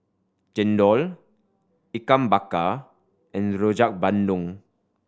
Chendol Ikan Bakar and Rojak Bandung